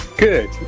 Good